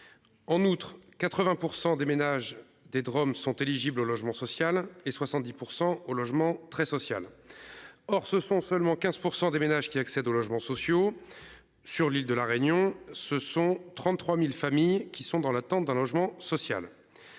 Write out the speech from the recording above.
En outre, 80% des ménages des Drôme sont éligibles au logement social et 70% au logement très social. Or ce sont seulement 15% des ménages qui accèdent aux logements sociaux. Sur l'île de la Réunion. Ce sont 33.000 familles qui sont dans l'attente d'un logement social.